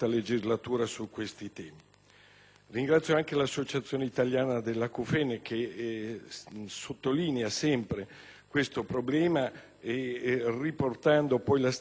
Ringrazio anche l'Associazione italiana Tinnitus-Acufene che sottolinea sempre questo problema, riportando la stima dei pazienti colpiti (oltre